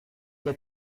qu’a